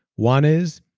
one is,